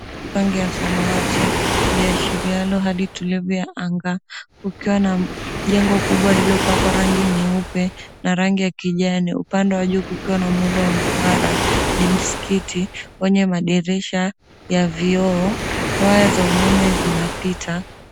Rangi ya samawati iliyoashiria hali tulivu ya anga kukiwa na jengo kubwa lililopakwa rangi nyeupe na rangi ya kijani upande wa juu kukiwa na muundo wa mduara ni msikiti wenye madirisha ya vioo, waya za umeme zinapita,